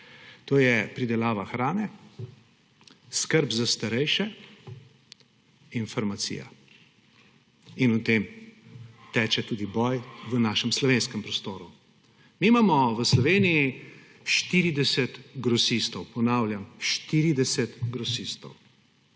to so pridelava hrane, skrb za starejše in farmacija, in o tem teče tudi boj v našem slovenskem prostoru. Mi imamo v Sloveniji 40 grosistov, ponavljam 40 grosistov,